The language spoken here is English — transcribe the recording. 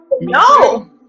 No